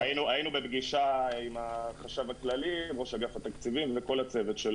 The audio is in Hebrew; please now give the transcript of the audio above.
ירון, מותר לי להתרשם.